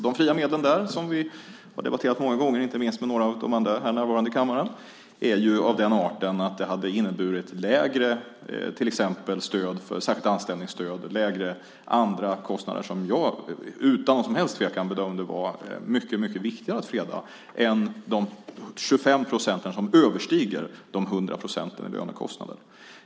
De fria medlen där, som vi har debatterat många gånger, inte minst med några av dem som är närvarande i kammaren i dag, är av den arten att det hade inneburit till exempel minskat särskilt anställningsstöd och minskade andra kostnader som jag utan någon som helst tvekan bedömde var mycket viktigare att freda än de 25 procent som överstiger de 100 procenten i lönekostnader.